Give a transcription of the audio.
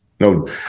No